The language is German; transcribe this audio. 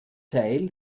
teil